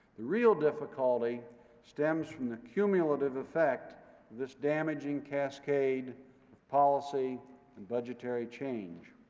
the real difficulty stems from the cumulative effect this damaging cascade of policy and budgetary change.